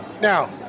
now